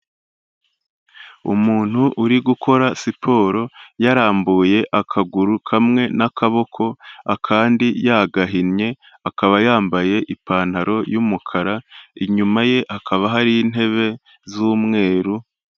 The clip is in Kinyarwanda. Umuntu uri gukora siporo yarambuye akaguru kamwe n'akaboko akandi yagahinnye, akaba yambaye ipantaro y'umukara inyuma ye hakaba hari intebe z'umweru.